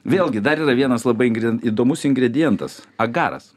vėlgi dar yra vienas labai įdomus ingredientas agaras